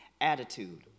attitude